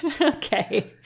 Okay